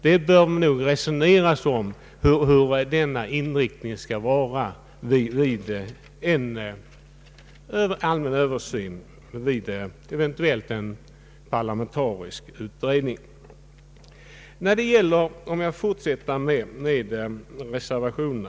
Vi bör nog resonera om vilken inriktning en allmän översyn av dessa frågor bör ha, om det bör vara en parlamentarisk utredning m.m. Låt mig fortsätta med reservationerna.